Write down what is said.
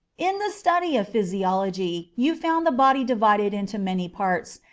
in the study of physiology you found the body divided into many parts,